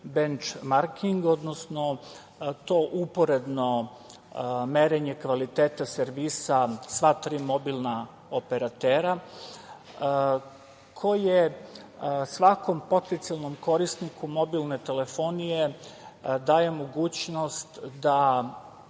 benčmarking, odnosno to uporedno merenje kvaliteta servisa sva tri mobilna operatera, koji svakom potencijalnom korisniku mobilne telefonije daje mogućnost da